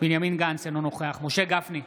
בנימין גנץ, אינו נוכח משה גפני,